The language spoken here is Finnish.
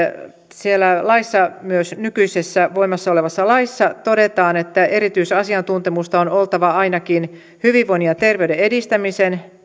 siellä laissa myös nykyisessä voimassa olevassa laissa todetaan että erityisasiantuntemusta on oltava ainakin hyvinvoinnin ja terveyden edistämisen